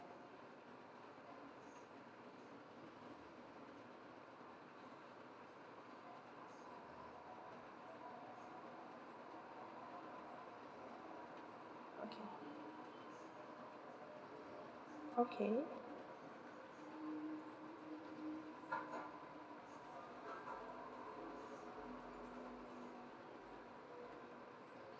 okay